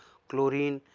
chlorine,